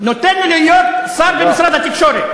הוא נותן לו להיות שר במשרד התקשורת.